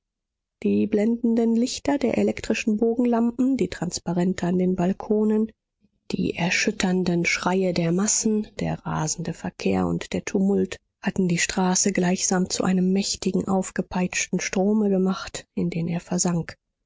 die blendenden lichter der elektrischen bogenlampen die transparente an den balkonen die erschütternden schreie der massen der rasende verkehr und der tumult hatten die straße gleichsam zu einem mächtigen aufgepeitschten strome gemacht in den er versank